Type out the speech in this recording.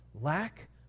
lack